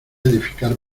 edificar